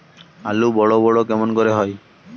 আলু বড় বড় কেমন করে হয়?